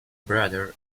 brother